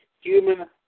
human